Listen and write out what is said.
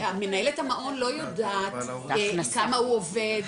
מנהלת המעון לא יודעת כמה הוא עובד,